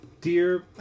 Dear